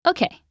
Okay